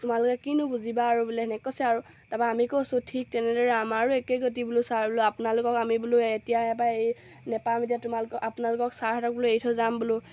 তোমালোকে কিনো বুজিবা আৰু বোলে তেনেকৈ কৈছে আৰু তাৰপৰা আমি কৈছোঁ ঠিক তেনেদৰে আমাৰো একে গতি বোলো ছাৰ বোলো আপোনালোকক আমি বোলো এতিয়া ইয়াৰ পৰা নাপাম এতিয়া তোমালোকক আপোনালোকক ছাৰহঁতক বোলো এৰি থৈ যাম বোলো